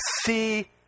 see